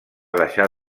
deixar